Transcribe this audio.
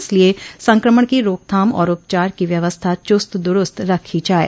इसलिये संक्रमण की रोकथाम और उपचार की व्यवस्था चुस्त दुरूस्त रखी जाये